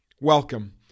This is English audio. Welcome